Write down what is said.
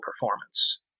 performance